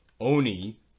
Oni